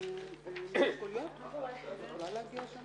ננעלה בשעה